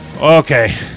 okay